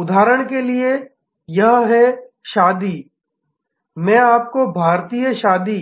उदाहरण के लिए यह शादी मैं आपको भारतीय शादी